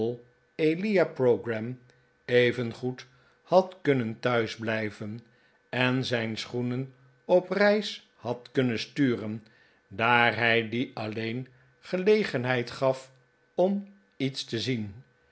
evengoed had kunnen thuis blijven en zijn schoenen op reis had kunnen sturen daar hij die alleen gelegenheid gaf om iets te zien